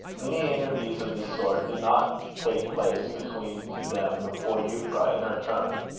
many interviews of this sort did not take place between them before euphra, in her turn,